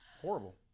Horrible